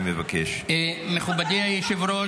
אני לא אתן, לא לך ולא לו,